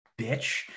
bitch